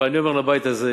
אבל אני אומר לבית הזה,